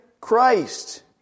Christ